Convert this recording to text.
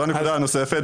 זו הנקודה הנוספת.